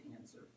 answer